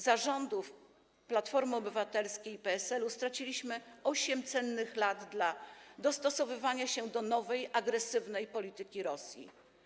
Za rządów Platformy Obywatelskiej i PSL-u straciliśmy cennych 8 lat na dostosowywanie się do nowej, agresywnej polityki Rosji.